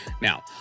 now